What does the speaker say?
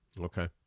Okay